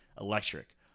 electric